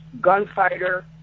gunfighter